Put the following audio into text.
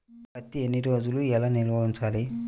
పత్తి ఎన్ని రోజులు ఎలా నిల్వ ఉంచాలి?